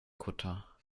kutter